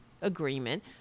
agreement